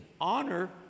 honor